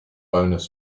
bonus